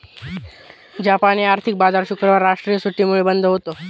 जापानी आर्थिक बाजार शुक्रवारी राष्ट्रीय सुट्टीमुळे बंद होता